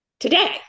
Today